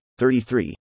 33